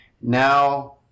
Now